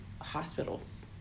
hospitals